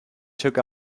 took